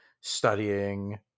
studying